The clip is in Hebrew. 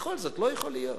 בכל זאת, לא יכול להיות.